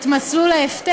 את מסלול ההפטר.